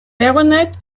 baronet